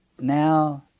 Now